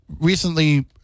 recently